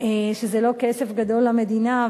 שזה לא כסף גדול למדינה,